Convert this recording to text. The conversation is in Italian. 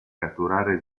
catturare